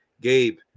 Gabe